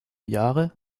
jahre